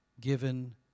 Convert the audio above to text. given